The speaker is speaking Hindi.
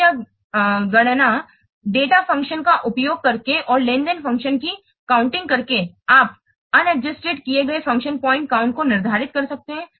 तो क्या गणना डेटा फ़ंक्शन का उपयोग करके और लेन देन फ़ंक्शन की गणना करके आप अनादजूस्टेड किए गए फ़ंक्शन पॉइंट काउंट को निर्धारित कर सकते हैं